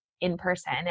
in-person